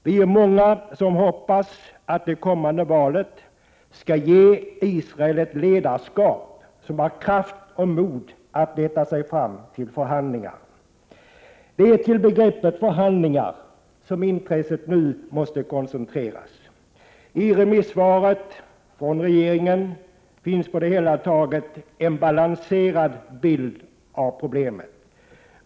Vi är många som hoppas att det kommande valet skall ge Israel ett ledarskap som har kraft och mod att leta sig fram till förhandlingar. Det är till begreppet förhandlingar som intresset nu måste koncentreras. I remissvaret från regeringen finns på det hela taget en balanserad bild av problemen.